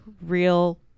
real